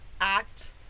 act